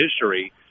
history